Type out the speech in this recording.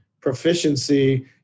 proficiency